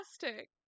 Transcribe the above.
fantastic